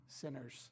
sinners